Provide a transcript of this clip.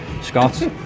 Scott